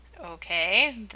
Okay